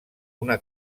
una